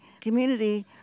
community